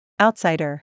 Outsider